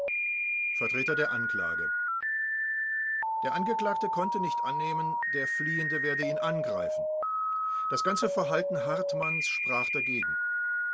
vertreter der anklage der angeklagte konnte nicht annehmen der fliehende werde ihn angreifen das ganze verhalten hartmanns sprach dagegen